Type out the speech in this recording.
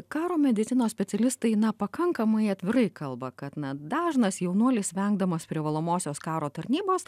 karo medicinos specialistai na pakankamai atvirai kalba kad na dažnas jaunuolis vengdamas privalomosios karo tarnybos